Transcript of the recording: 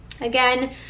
again